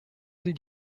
sie